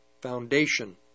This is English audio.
foundation